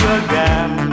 again